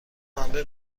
پنبه